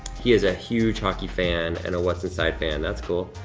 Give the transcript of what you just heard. he is a huge hockey fan and a what's inside fan, that's cool.